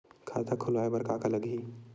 खाता खुलवाय बर का का लगही?